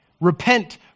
Repent